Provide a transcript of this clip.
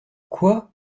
quoi